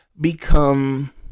become